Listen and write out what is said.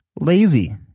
lazy